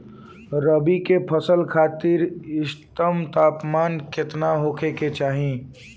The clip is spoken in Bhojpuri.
रबी क फसल खातिर इष्टतम तापमान केतना होखे के चाही?